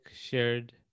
shared